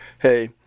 hey